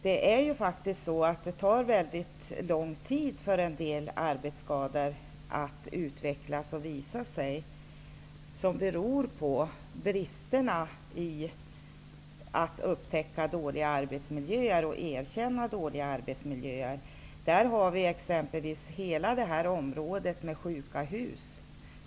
Det kan ta väldigt lång tid innan en arbetsskada har utvecklats, vilket beror på oförmågan att upptäcka dåliga arbetsmiljöer och oviljan att erkänna dem. Som exempel kan nämnas detta med sjuka hus.